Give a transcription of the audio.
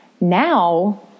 now